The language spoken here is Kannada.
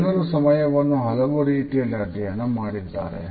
ಜನರು ಸಮಯವನ್ನು ಹಲವು ರೀತಿಯಲ್ಲಿ ಅಧ್ಯಯನ ಮಾಡಿದ್ದಾರೆ